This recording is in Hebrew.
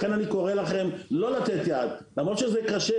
לכן אני קורא לכם לא לתת יד, למרות שזה קשה.